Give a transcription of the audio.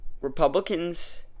Republicans